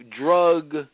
drug